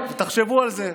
רעיון, תחשבו על זה.